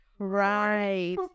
Right